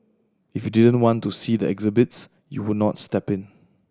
if you didn't want to see the exhibits you would not step in